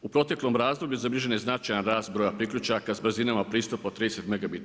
U proteklom razdoblju zabilježen je značajan rast broja priključaka s brzinama pristupa od 30mbit/